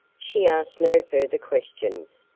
she asked no further questions,